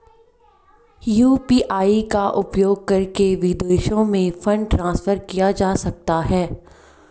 UPI का उपयोग करके विदेशों में फंड ट्रांसफर किया जा सकता है?